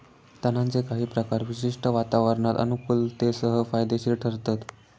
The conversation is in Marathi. तणांचे काही प्रकार विशिष्ट वातावरणात अनुकुलतेसह फायदेशिर ठरतत